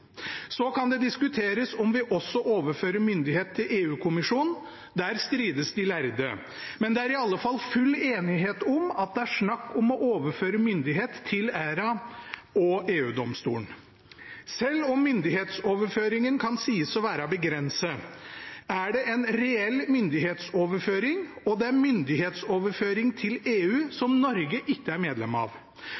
Så kan det diskuteres om vi også overfører myndighet til EU-kommisjonen. Der strides de lærde. Men det er i alle fall full enighet om at det er snakk om å overføre myndighet til ERA og EU-domstolen. Selv om myndighetsoverføringen kan sies å være begrenset, er det en reell myndighetsoverføring, og det er myndighetsoverføring til EU,